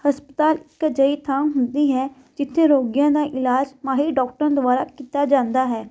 ਹਸਪਤਾਲ ਇੱਕ ਅਜਿਹੀ ਥਾਂ ਹੁੰਦੀ ਹੈ ਜਿੱਥੇ ਰੋਗੀਆਂ ਦਾ ਇਲਾਜ ਮਾਹਿਰ ਡਾਕਟਰਾਂ ਦੁਆਰਾ ਕੀਤਾ ਜਾਂਦਾ ਹੈ